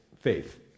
faith